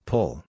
Pull